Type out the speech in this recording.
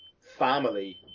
family